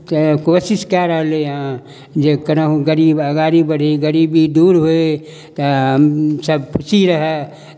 तऽ कोशिश कए रहलैहेँ जे कहुनाहुँ गरीब अगाड़ी बढ़य गरीबी दूर होय तऽ सभ खुशी रहए